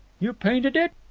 you painted it?